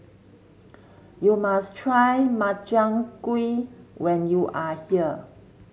you must try Makchang Gui when you are here